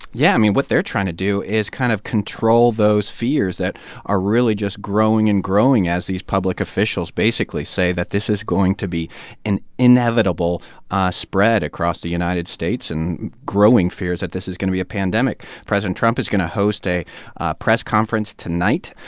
yeah. i mean, what they're trying to do is kind of control those fears that are really just growing and growing as these public officials basically say that this is going to be an inevitable spread across the united states and growing fears that this is going to be a pandemic. president trump is going to host a press conference tonight,